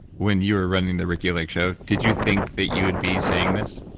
when you were running the ricki lake show, did you think that you would be saying this,